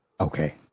Okay